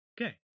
Okay